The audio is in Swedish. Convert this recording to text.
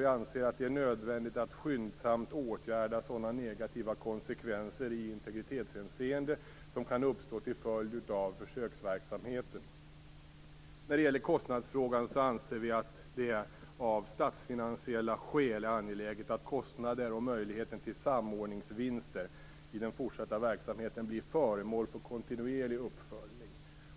Vi anser att det är nödvändigt att skyndsamt åtgärda sådana negativa konsekvenser i integritetshänseende som kan uppstå till följd av försöksverksamheten. När det gäller kostnadsfrågan anser vi att det av statsfinansiella skäl är angeläget att kostnader och möjligheten till samordningsvinster i den fortsatta verksamheten blir föremål för kontinuerlig uppföljning